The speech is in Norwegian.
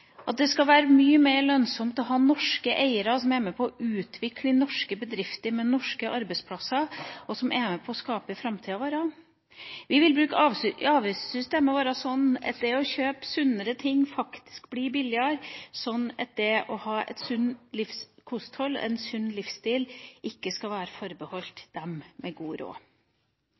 Det skal være mye mer lønnsomt å ha norske eiere som er med på å utvikle norske bedrifter med norske arbeidsplasser, og som er med på å skape framtida vår. Vi vil bruke avgiftssystemet vårt sånn at det å kjøpe sunnere ting faktisk blir billigere, at det å ha et sunt kosthold og en sunn livsstil ikke skal være forbeholdt dem med god råd.